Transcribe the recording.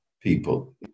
people